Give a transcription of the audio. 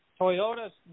Toyota's